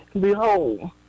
Behold